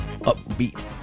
upbeat